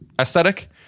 aesthetic